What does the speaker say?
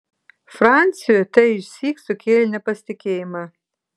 franciui tai išsyk sukėlė nepasitikėjimą